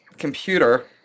computer